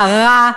הרע,